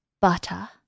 butter